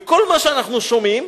וכל מה שאנחנו שומעים